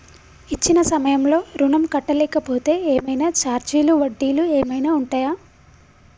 ఇచ్చిన సమయంలో ఋణం కట్టలేకపోతే ఏమైనా ఛార్జీలు వడ్డీలు ఏమైనా ఉంటయా?